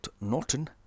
Norton